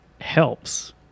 helps